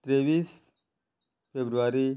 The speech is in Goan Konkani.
त्रेवीस फेब्रुवारी